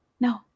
no